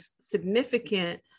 significant